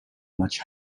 much